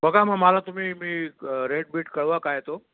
बघा मग मला तुम्ही मी रेट बीट कळवा काय आहे तो